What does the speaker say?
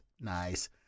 Nice